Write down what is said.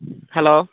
hello